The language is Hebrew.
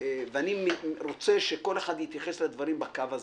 ואני רוצה שכל אחד יתייחס לדברים בקו הזה.